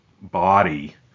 body